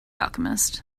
alchemist